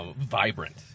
vibrant